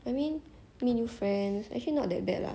I mean meet new friends actually not that bad lah